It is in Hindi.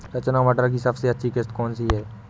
रचना मटर की सबसे अच्छी किश्त कौन सी है?